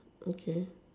okay